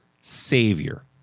savior